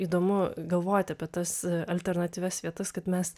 įdomu galvoti apie tas alternatyvias vietas kad mes